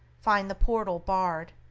find the portal barred,